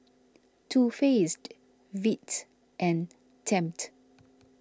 Too Faced Veet and Tempt